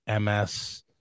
ms